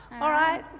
alright.